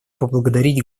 поблагодарить